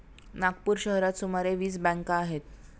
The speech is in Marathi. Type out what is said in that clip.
नागपूर शहरात सुमारे वीस बँका आहेत